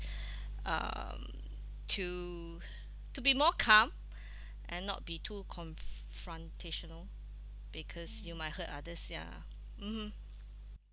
um to to be more calm and not be too confrontational because you might hurt others ya mmhmm